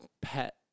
pet